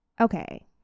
okay